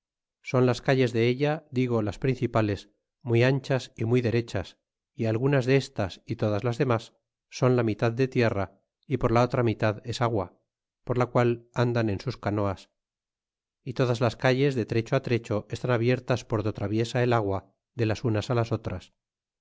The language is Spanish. son las calles de ella digo las principales muy an chas y muy derechas y algunas de estas y todas las damas son e la mitad de tierra y por la otra mitad es agua por la qual andan en sus canoas y todas las calles de trecho trecho elan e abiertas por do traviesa el agua de las unas las otras